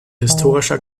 historischer